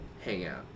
hangout